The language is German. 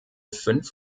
fünf